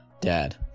Dad